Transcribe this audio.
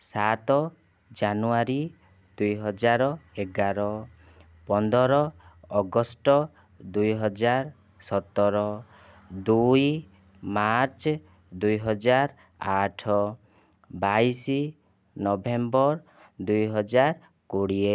ସାତ ଜାନୁୟାରୀ ଦୁଇହଜାର ଏଗାର ପନ୍ଦର ଅଗଷ୍ଟ ଦୁଇହଜାର ସତର ଦୁଇ ମାର୍ଚ୍ଚ ଦୁଇହଜାର ଆଠ ବାଇଶ ନଭେମ୍ବର ଦୁଇହାଜର କୋଡ଼ିଏ